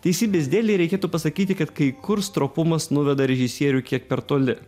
teisybės dėlei reikėtų pasakyti kad kai kur stropumas nuveda režisierių kiek per toli